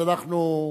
אז אנחנו,